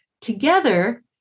together